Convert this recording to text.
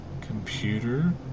Computer